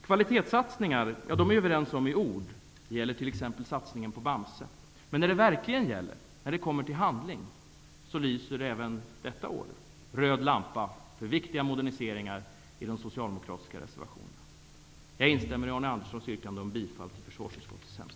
Kvalitetssatsningar är vi överens om i ord -- det gäller t.ex. satsningen på Bamse -- men när det verkligen gäller, när det kommer till handling, lyser även detta år röd lampa för viktiga moderniseringar i de socialdemokratiska reservationerna. Jag instämmer i Arne Anderssons yrkande om bifall till försvarsutskottets hemställan.